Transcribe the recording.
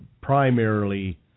primarily